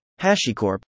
HashiCorp